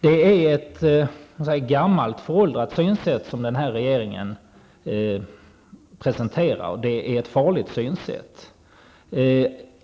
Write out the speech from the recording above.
Det är ett gammalt och föråldrat synsätt som den här regeringen presenterar, och det är ett farligt synsätt.